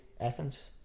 Athens